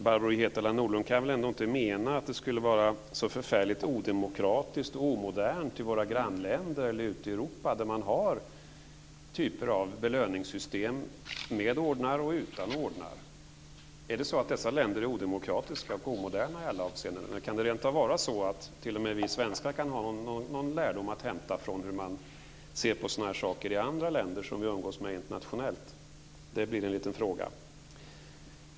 Barbro Hietala Nordlund kan ändå inte mena att det skulle vara så förfärligt odemokratiskt och omodernt i våra grannländer eller ute i Europa, där man har olika typer av belöningssystem med ordnar och utan ordnar. Är det så att dessa länder är odemokratiska och omoderna i alla avseenden, eller kan det rentav vara så att t.o.m. vi svenskar kan ha någon lärdom att hämta när det gäller hur man ser på sådana här saker i andra länder, som vi umgås med internationellt? Det blir en liten fråga.